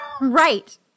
Right